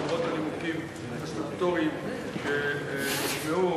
למרות הנימוקים הסטטוטוריים שנשמעו,